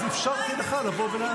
אז אפשרתי לך לבוא ולסכם.